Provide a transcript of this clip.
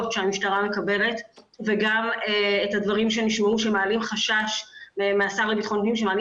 שהמשטרה מקבלת וגם את הדברים שנשמעו מהשר לביטחון פנים שמעלים